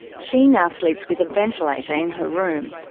she now sleeps with a ventilator in her room.